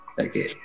Okay